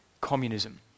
communism